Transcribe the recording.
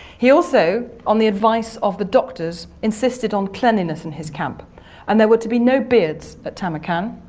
he also, on the advice of the doctors, insisted on cleanliness in his camp and there were to be no beards at tamarkan.